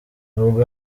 nubwo